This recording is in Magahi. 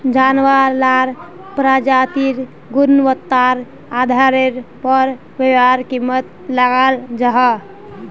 जानवार लार प्रजातिर गुन्वात्तार आधारेर पोर वहार कीमत लगाल जाहा